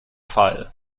file